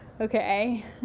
Okay